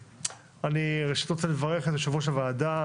ראשית, אני רוצה לברך את יושב-ראש הוועדה